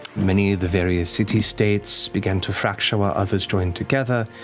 many of the various city-states began to fracture while others joined together.